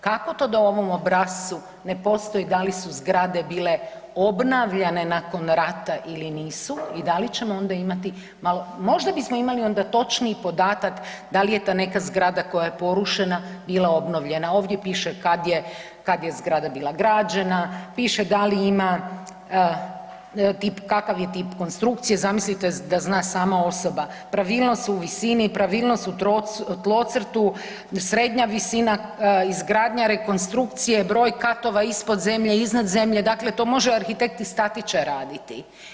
Kako to da u ovom obrascu ne postoji da li su zgrade bile obnavljane nakon rata ili nisu i da li ćemo onda imati malo, možda bismo imali onda točniji podatak da li je ta neka zgrada koja je porušena bila obnovljena, ovdje piše kad je, kad je zgrada bila građena, piše da li ima, tip, kakav je tip konstrukcije, zamislite da zna sama osoba pravilnost u visini, pravilnost u tlocrtu, srednja visina, izgradnja rekonstrukcije, broj katova ispod zemlje, iznad zemlje, dakle to može arhitekt i statičar raditi.